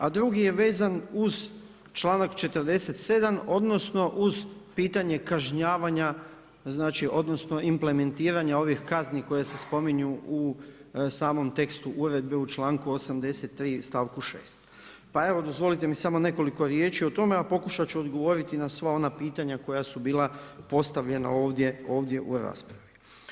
A drugi je vezan uz članak 47. odnosno uz pitanje kažnjavanja, odnosno implementiranja ovih kazni koji se spominju u samom tekstu uredbe u članku 83. stavku 6. Dozvolite samo nekoliko riječi o tome, a pokušat ću odgovoriti i na sva ona pitanja koja su bila postavljena ovdje u raspravi.